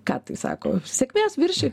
ką tai sako sėkmės viršyk